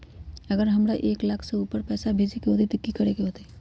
अगर हमरा एक लाख से ऊपर पैसा भेजे के होतई त की करेके होतय?